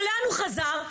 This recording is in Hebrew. אבל לאן הוא חזר?